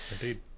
Indeed